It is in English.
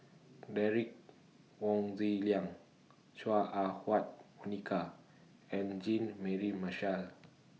Derek Wong Zi Liang Chua Ah Huwa Monica and Jean Mary Marshall